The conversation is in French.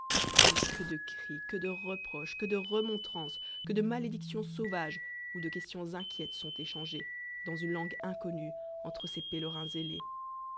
mais que de cris que de reproches que de remontrances que de malédictions sauvages ou de questions inquiètes sont échangés dans une langue inconnue entre ces pèlerins ailés